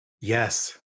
yes